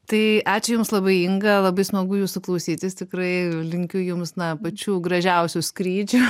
tai ačiū jums labai inga labai smagu jūsų klausytis tikrai linkiu jums na pačių gražiausių skrydžių